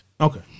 Okay